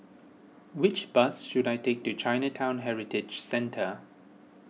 which bus should I take to Chinatown Heritage Centre